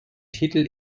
titel